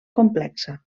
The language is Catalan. complexa